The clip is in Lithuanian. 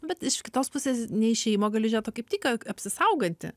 bet iš kitos pusės ne į išėjimą gali žiūrėt o kaip tik apsisaugantį